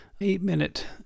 eight-minute